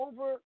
over